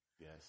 yes